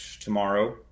tomorrow